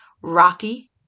rocky